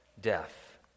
death